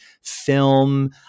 film